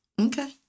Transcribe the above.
Okay